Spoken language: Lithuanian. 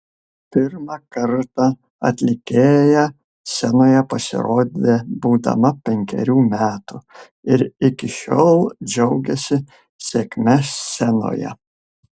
pirmą kartą atlikėja scenoje pasirodė būdama penkerių metų ir iki šiol džiaugiasi sėkme scenoje